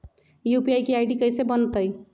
UPI के ID कैसे बनतई?